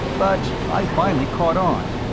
but i finally caught on.